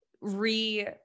re